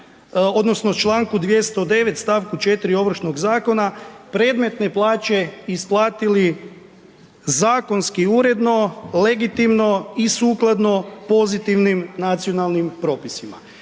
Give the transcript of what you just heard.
odnosno čl. 209. st. 4 Ovršnog zakona, predmetne plaće isplatili zakonski uredno, legitimno i sukladno pozitivnim nacionalnim propisima.